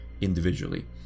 individually